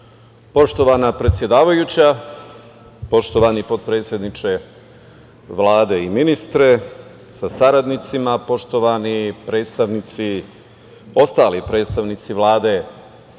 Poštovana predsedavajuća, poštovani potpredsedniče Vlade i ministre sa saradnicima, poštovani predstavnici, ostali predstavnici Vlade